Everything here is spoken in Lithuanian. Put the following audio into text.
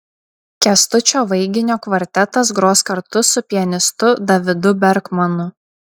kęstučio vaiginio kvartetas gros kartu su pianistu davidu berkmanu